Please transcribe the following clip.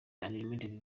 unlimited